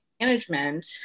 management